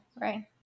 right